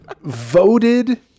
Voted